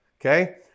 Okay